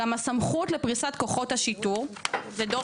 גם הסמכות לפריסת כוחות השיטור" זה דוח